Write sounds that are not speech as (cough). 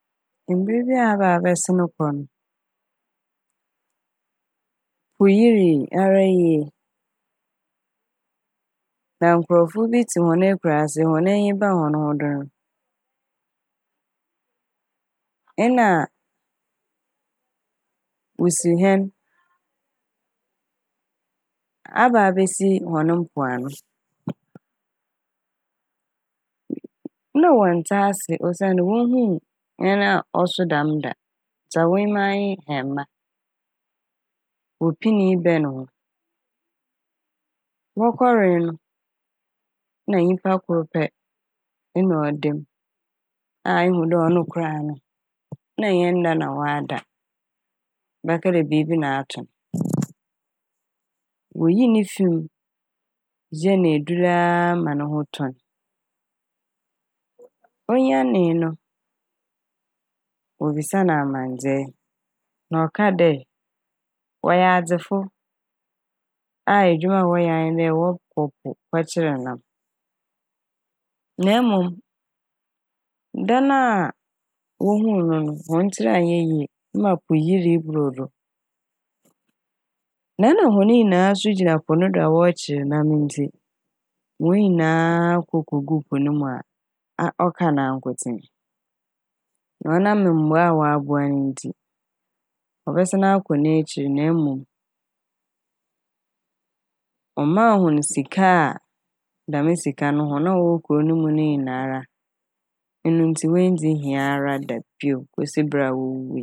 (noise) Mber bi a aba bɛsen kɔ no oyirii ara yie (noise) ba nkorɔfo bi tse hɔn (noise) ekurase hɔn enyi baa hɔn ho do no nna osihɛn (noise) aba abesi hɔn mpoano (noise) na wɔnntse ase osiandɛ wonnhu hɛn a ɔso dɛm da dza wonyim ara nye hɛmba wopinee bɛn ho. Wɔkɔree no na nyimpa kor pɛ nna ɔda m' a ihu dɛ ɔno koraa no na nnyɛ nnda na ɔada bɛka dɛ biibi na ato n'. (noise) Woyii ne fi m' yɛ n' edur aa ma no ho tɔ n'. Onyanee no wobisaa n' amandzɛɛ na ɔka dɛ wɔyɛ adzefo a edwuma a wɔyɛ a nye dɛ wɔkɔ po kɔkyer nam na emom da na a wohuu no no (noise) hɔn tsi annyɛ yie ma po yirii bor do (noise) na nna hɔn nyinaa so gyina po no do a wɔrekyer nam ntsi hɔn nyinaa kokoguu po ne mu a a- ɔka nankotsee. Na ɔnam mboa wɔaboa ne ntsi ɔbɛsan akɔ n'ekyir na emom ɔmaa hɔn sika a dɛm sika no hɔn a wɔwɔ kurow ne mu ne nyinara eno ntsi woenndzi hia ara da bio kosi da a wowuwui.